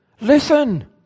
listen